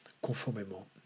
conformément